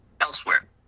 elsewhere